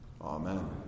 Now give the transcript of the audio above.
Amen